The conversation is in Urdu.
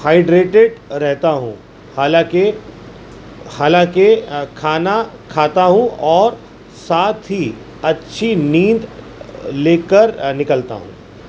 ہائڈریٹیڈ رہتا ہوں حالانکہ حالانکہ کھانا کھاتا ہوں اور ساتھ ہی اچھی نیند لے کر نکلتا ہوں